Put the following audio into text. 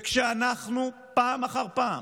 וכשאנחנו פעם אחר פעם